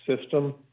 system